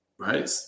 Right